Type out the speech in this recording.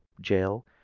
jail